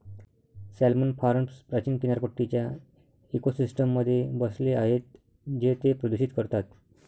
salmon farms प्राचीन किनारपट्टीच्या इकोसिस्टममध्ये बसले आहेत जे ते प्रदूषित करतात